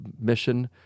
mission